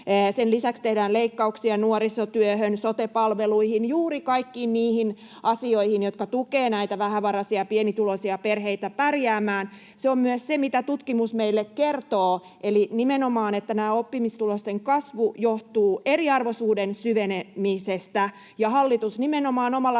Sen lisäksi tehdään leikkauksia nuorisotyöhön, sote-palveluihin, juuri kaikkiin niihin asioihin, jotka tukevat vähävaraisia, pienituloisia perheitä pärjäämään. Se on myös se, mitä tutkimus meille kertoo, että nimenomaan oppimistulosten lasku johtuu eriarvoisuuden syvenemisestä, ja hallitus nimenomaan omalla